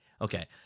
Okay